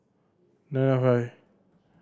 nine nine five